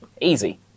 Easy